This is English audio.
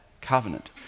covenant